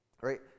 Right